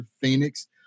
phoenix